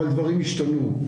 אבל דברים השתנו.